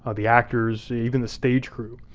ah the actors, even the stage crew.